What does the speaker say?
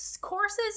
Courses